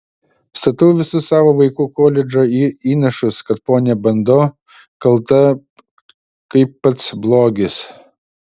statau visus savo vaikų koledžo įnašus kad ponia bando kalta kaip pats blogis